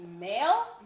male